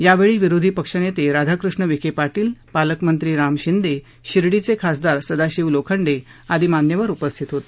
यावेळी विरोधी पक्षनेते राधाकृष्ण विखे पाटील पालकमंत्री राम शिंदेशिर्डीचे खासदार सदाशिव लोखंडे आदी मान्यवर उपस्थित होते